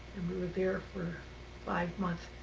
and we were there for five months.